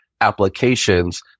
applications